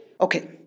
Okay